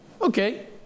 Okay